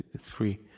three